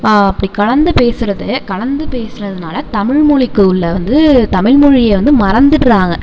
அப்படி கலந்து பேசுகிறது கலந்து பேசுகிறதுனால தமிழ்மொழிக்கு உள்ள வந்து தமிழ்மொழிய வந்து மறந்திடுறாங்க